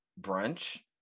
brunch